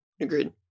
Agreed